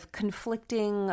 conflicting